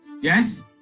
yes